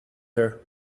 her